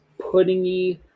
puddingy